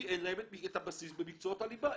כי אין להם את הבסיס במקצועות הליבה.